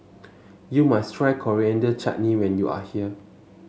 you must try Coriander Chutney when you are here